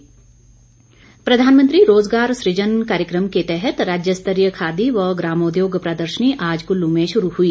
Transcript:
प्रदर्शनी प्रधानमंत्री रोजगार सुजन कार्यक्रम के तहत राज्य स्तरीय खादी व ग्रामोद्योग प्रदर्शनी आज कुल्लू में शुरू हुई